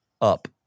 Up